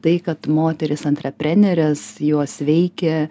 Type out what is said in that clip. tai kad moterys antreprenerės jos veikia